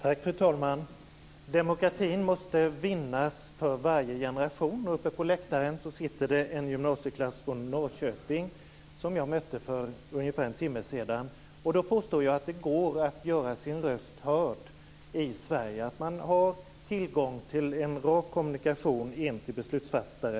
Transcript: Fru talman! Demokratin måste vinnas för varje generation. Uppe på läktaren sitter en gymnasieklass från Norrköping som jag mötte för ungefär en timme sedan. Jag påstår att det går att göra sin röst hörd i Sverige. Man har tillgång till en rak kommunikation med beslutsfattare.